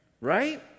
right